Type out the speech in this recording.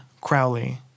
Crowley